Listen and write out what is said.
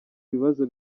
bibazo